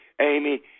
Amy